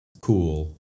cool